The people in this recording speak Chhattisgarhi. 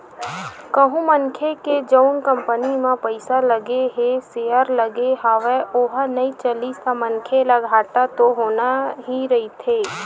कहूँ मनखे के जउन कंपनी म पइसा लगे हे सेयर लगे हवय ओहा नइ चलिस ता मनखे ल घाटा तो होना ही रहिथे